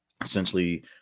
essentially